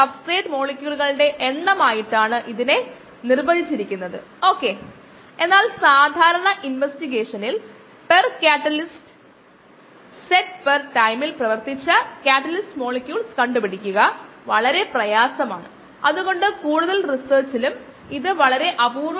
5 1 5 10 എന്നീ ഇൻഹിബിറ്റർ ഏകാഗ്രത മാറിയതിനാൽ vmax 0